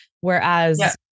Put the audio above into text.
Whereas